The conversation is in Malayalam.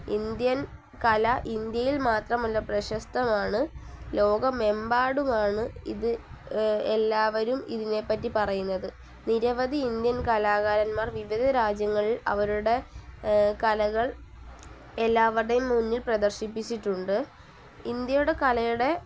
ഇന്ത്യൻ കല ഇന്ത്യയിൽ മാത്രമല്ല പ്രശസ്തമാണ് ലോകമെമ്പാടുമാണ് ഇത് എല്ലാവരും ഇതിനെപ്പറ്റി പറയുന്നത് നിരവധി ഇന്ത്യൻ കലാകാരന്മാർ വിവിധ രാജ്യങ്ങളിൽ അവരുടെ കലകൾ എല്ലാവരുടേയും മുന്നിൽ പ്രദർശിപ്പിച്ചിട്ടുണ്ട് ഇന്ത്യയുടെ കലയുടെ